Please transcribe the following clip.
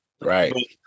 Right